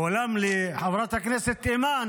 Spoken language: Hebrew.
ועם חברת הכנסת אימאן